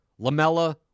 Lamella